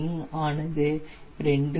wing ஆனது 2